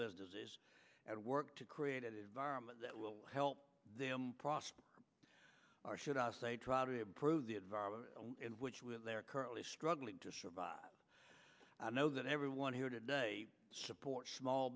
businesses and work to create an environment that will help them prosper or should i say try to improve the environment in which with their currently struggling to survive i know that everyone here today supports small